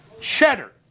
Cheddar